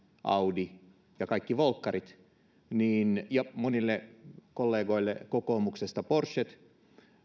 audi kaikki volkkarit ja monille kollegoille kokoomuksesta porschet